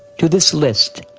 to this list,